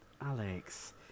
Alex